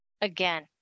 again